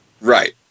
right